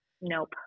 Nope